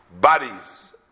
bodies